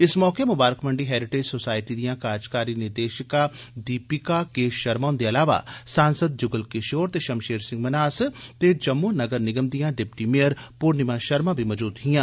इस मौके Mubarak Mandi heritage society दियां कार्जकारी निदेषक दीपिका के षर्मा हुंदे इलावा सांसद जुगल किषोर ते षमषेर सिंह मनहास ते जम्मू नगर निगम दियां डिप्टी मेयर पूर्णिमा षर्मा बी मजूद हियां